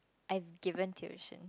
I have given tuition